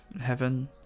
heaven